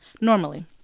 normally